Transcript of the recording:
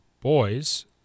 boys